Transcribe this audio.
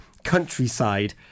countryside